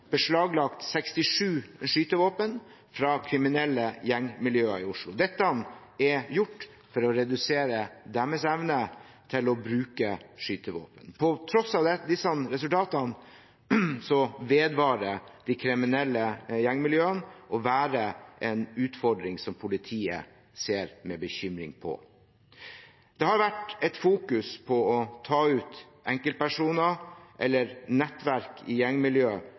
beslaglagt 67 skytevåpen fra kriminelle gjengmiljøer i Oslo. Dette er gjort for å redusere deres evne til å bruke skytevåpen. På tross av disse resultatene fortsetter de kriminelle gjengmiljøene å være en utfordring som politiet ser med bekymring på. Det har vært fokusert på å ta ut enkeltpersoner eller nettverk i